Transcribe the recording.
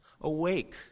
Awake